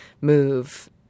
move